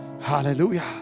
Hallelujah